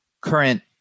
current